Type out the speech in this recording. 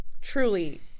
truly